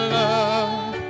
love